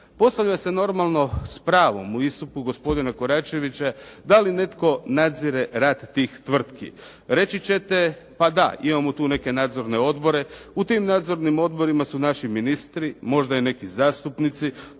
Postavlja se normalno s pravom u istupu gospodina Koračevića da li netko nadzire rad tih tvrtki? Reći ćete, pa da imamo tu neke nadzorne odbore. U tim nadzorni odborima su naši ministri, možda i neki zastupnici,